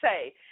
say